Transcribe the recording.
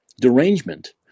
derangement